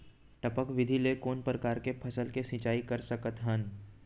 टपक विधि ले कोन परकार के फसल के सिंचाई कर सकत हन?